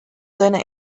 seine